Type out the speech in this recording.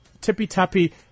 tippy-tappy